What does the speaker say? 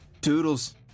Toodles